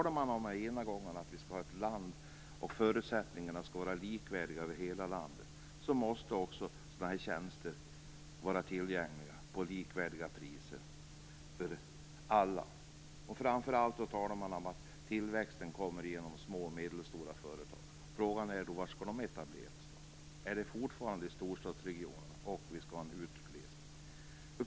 Om man ena gången talar man om att vi skall ha ett land där förutsättningarna är lika i hela landet, måste också sådana här tjänster vara tillgängliga för alla till lika priser. Framför allt talar man om att tillväxten skapas genom små och medelstora företag. Frågan är: Var skall de etablera sig? Är det fortfarande i storstadsregionerna så att vi får en utglesning?